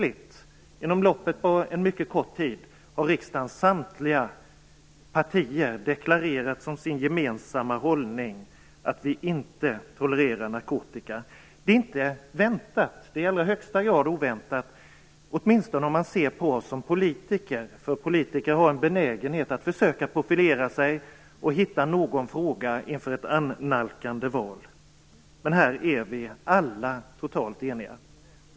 Inom loppet av en mycket kort tid har riksdagens samtliga partier plötsligt deklarerat som sin gemensamma hållning att de inte tolererar narkotika. Det är i allra högsta grad oväntat, åtminstone om man ser på oss som politiker. Politiker har en benägenhet att försöka att profilera sig och driva någon fråga inför ett annalkande val. Men här är alla totalt eniga.